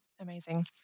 amazing